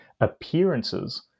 appearances